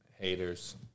haters